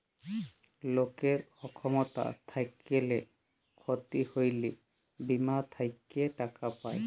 লকের অক্ষমতা থ্যাইকলে ক্ষতি হ্যইলে বীমা থ্যাইকে টাকা পায়